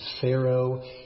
Pharaoh